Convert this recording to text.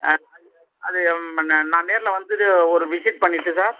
ஆ அது நான் நான் நேரில்வந்து ஒரு விசிட் பண்ணிட்டு சார்